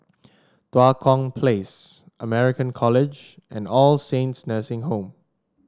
Tua Kong Place American College and All Saints Nursing Home